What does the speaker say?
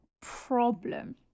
problem